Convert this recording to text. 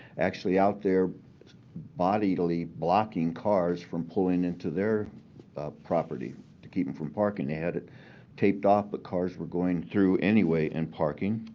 actually out there bodily blocking cars from pulling into their property to keep them from parking. they had it taped off, but cars were going through anyway and parking.